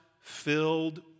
filled